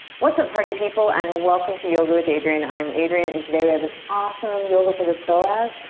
what's up, party people? and welcome to yoga with adriene. i'm adriene, and today we have an awesome yoga for the psoas.